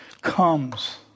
comes